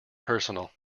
personal